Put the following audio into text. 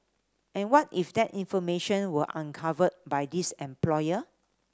and what if that information were uncovered by this employer